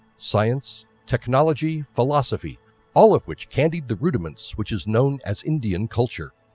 science, technology, philosophy all of which candied the rudiments which is known as indian culture.